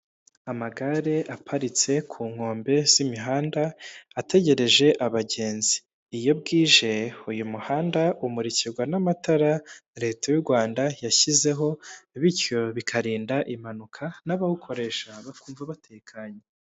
Amagare aparitse ku nkombe z'imihanda, ategereje abagenzi. Iyo bwije, uyu muhanda umurikirwa n'amatara leta y'u Rwanda yashyizeho, bityo bikarinda impanuka, n'abawukoresha bakumva batekanye.